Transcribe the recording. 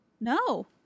no